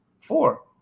Four